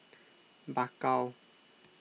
Bakau